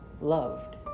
loved